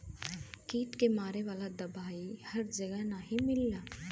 कीट के मारे वाला दवाई हर जगह नाही मिलला